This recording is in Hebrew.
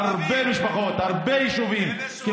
הרבה משפחות, הרבה יישובים, אלה שעובדים בגוש דן.